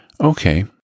okay